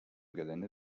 gelände